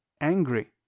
angry